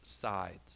sides